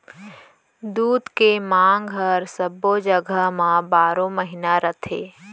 दूद के मांग हर सब्बो जघा म बारो महिना रथे